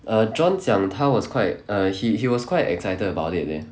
err john 讲他 was quite err he he was quite excited about it man